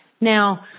Now